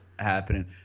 happening